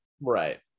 Right